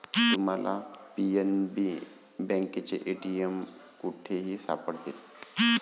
तुम्हाला पी.एन.बी बँकेचे ए.टी.एम कुठेही सापडतील